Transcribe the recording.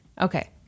Okay